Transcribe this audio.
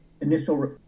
initial